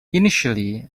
initially